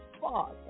Father